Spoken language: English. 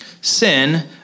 sin